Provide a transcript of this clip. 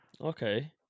Okay